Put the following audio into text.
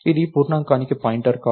ఇది పూర్ణాంకానికి పాయింటర్ కాదు